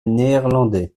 néerlandais